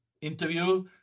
interview